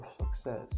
success